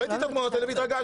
ראיתי את התמונות והתרגשתי.